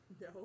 no